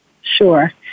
Sure